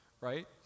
right